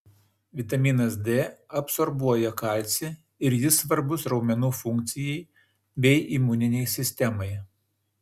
vitaminas d absorbuoja kalcį ir jis svarbus raumenų funkcijai bei imuninei sistemai